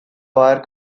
wire